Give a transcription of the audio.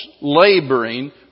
laboring